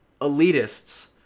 elitists